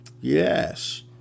Yes